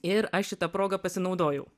ir aš šita proga pasinaudojau